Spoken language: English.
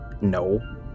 No